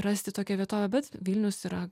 rasti tokią vietovę bet vilnius yra